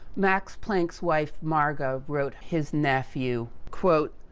max planck's wife, marga, wrote his nephew. quote,